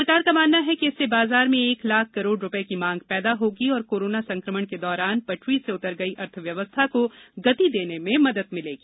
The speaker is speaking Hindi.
सरकार का मानना है कि इससे बाजार में एक लाख करोड़ रूपये की मांग पैदा होगी और कोरोना संकमण के दौरान पटरी से उतर गई अर्थव्यवस्था को गति देने में मदद मिलेगी